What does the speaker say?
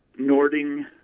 Nording